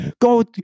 Go